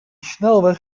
snelweg